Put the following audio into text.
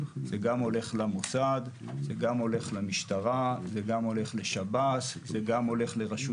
וגם הולך למוסד וגם הולך למשטרה וגם הולך לשב"ס וגם הולך לרשות